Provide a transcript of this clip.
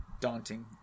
daunting